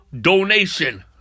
donation